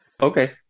okay